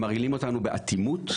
הם מרעילים אותנו באטימות,